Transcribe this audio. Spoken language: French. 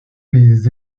les